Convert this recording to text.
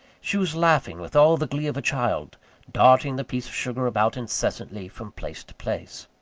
she was laughing with all the glee of a child darting the piece of sugar about incessantly from place to place.